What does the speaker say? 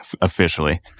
Officially